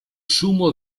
zumo